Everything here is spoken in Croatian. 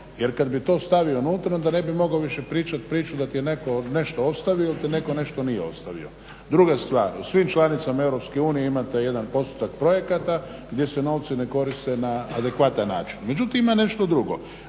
jer kad bi to stavio unutra onda ne bi mogao više pričat priču da ti je netko nešto ostavilo il ti netko nešto nije ostavio. Druga stvar, u svim članicama EU imate jedan postotak projekata gdje se novci ne koriste na adekvatan način. Međutim, ima nešto drugo.